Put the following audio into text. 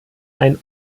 ein